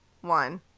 one